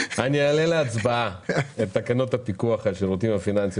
אעלה להצבעה את תקנות הפיקוח על שירותים פיננסיים